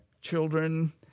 children